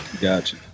gotcha